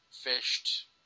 fished